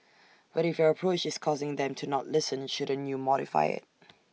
but if your approach is causing them to not listen shouldn't you modify IT